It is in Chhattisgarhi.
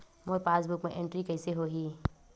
मोर पासबुक मा एंट्री कइसे होही?